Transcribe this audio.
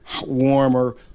warmer